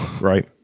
Right